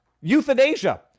Euthanasia